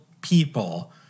people